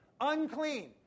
unclean